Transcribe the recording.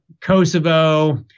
Kosovo